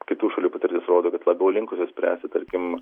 kitų šalių patirtis rodo kad labiau linkusios spręsti tarkim